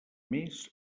més